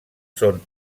són